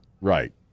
Right